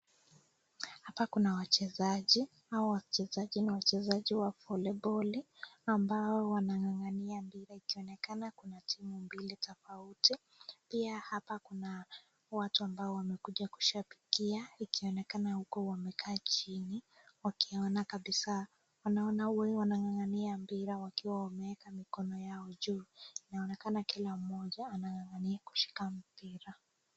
Hapa kuna wachezaji. Hawa wachezaji ni wachezaji wa volleyboli ambao wanang'ang'ania mpira ikionekana kuna timu mbili tofauti. Pia hapa kuna watu ambao wamekuja kushabikia ikionekana huko wamekaa chini wakiona kabisa. Wanaona wanang'ang'ania mpira wakiwa wameweka mikono yao juu. Inaonekana kila mmoja anang'ang'ania kushika mpira.